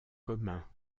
commun